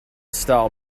style